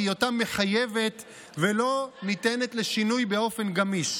בהיותה מחייבת ולא ניתנת לשינוי באופן גמיש,